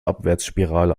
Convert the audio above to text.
abwärtsspirale